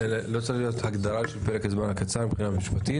לא צריך להיות הגדרה של פרק הזמן הקצר מבחינה משפטית?